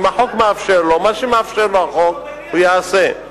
אם החוק מאפשר לו, מה שמאפשר לו החוק, הוא יעשה.